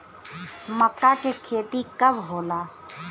मक्का के खेती कब होला?